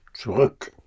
Zurück